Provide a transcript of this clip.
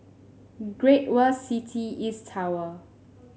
Great World City East Tower